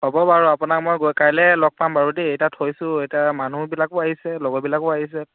হ'ব বাৰু আপোনাক মই গৈ কাইলৈ লগ পাম বাৰু দেই এতিয়া থৈছোঁ এতিয়া মানুহবিলাকো আহিছে লগৰবিলাকো আহিছে